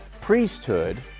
priesthood